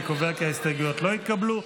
אני קובע כי ההסתייגויות לא התקבלו.